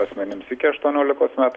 asmenims iki aštuoniolikos metų